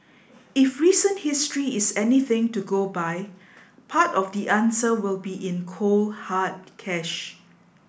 if recent history is anything to go by part of the answer will be in cold hard cash